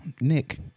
Nick